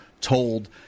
told